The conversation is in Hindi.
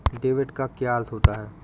डेबिट कार्ड क्या होता है?